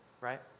right